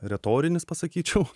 retorinis pasakyčiau